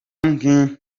mento